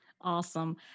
Awesome